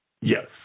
yes